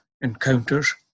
encounters